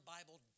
Bible